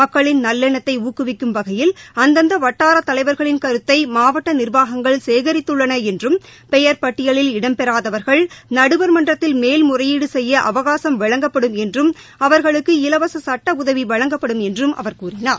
மக்களின் நல்லெண்ணத்தை ஊக்குவிக்கும் வகையில் அந்தந்த வட்டார தலைவர்களின் கருத்தை மாவட்ட நிர்வாகங்கள் சேகித்தள்ளன என்றும் பெயர் பட்டியலில் இடம்பெறாதவர்கள் நடுவர்மன்றத்தில் மேல்முறையீடு செய்ய அவகாசம் வழங்கப்படும் என்றும் அவாகளுக்கு இலவச சட்ட உதவி வழங்கப்படும் என்றும் அவர் கூறினார்